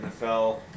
NFL